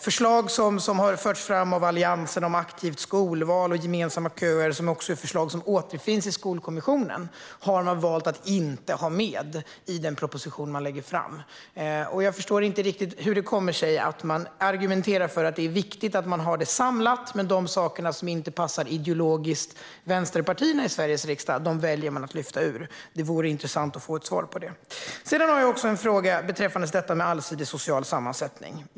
Förslag som har förts fram av Alliansen om aktivt skolval och gemensamma köer, vilket också är förslag som återfinns i Skolkommissionen, har man valt att inte ha med i den proposition man lägger fram. Jag förstår inte riktigt hur det kommer sig att man argumenterar för att det är viktigt att man har det samlat, men de saker som ideologiskt inte passar vänsterpartierna i Sveriges riksdag väljer man att lyfta ut. Det vore intressant att få ett svar på det. Jag har också en fråga beträffande detta med allsidig social sammansättning.